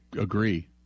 agree